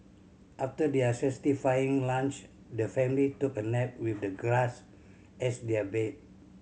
after their satisfying lunch the family took a nap with the grass as their bed